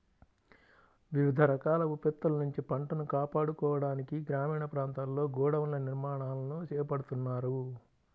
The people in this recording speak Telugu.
వివిధ రకాల విపత్తుల నుంచి పంటను కాపాడుకోవడానికి గ్రామీణ ప్రాంతాల్లో గోడౌన్ల నిర్మాణాలను చేపడుతున్నారు